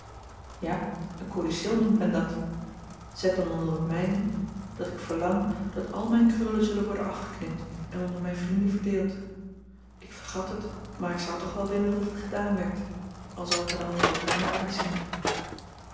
ja een codicil noemt men dat zet dan onder het mijne dat ik verlang dat al mijn krullen zullen worden afgeknipt en onder mijn vrienden verdeeld ik vergat het maar ik zou toch wel willen dat het gedaan werd al zal ik er dan wel wat raar uitzien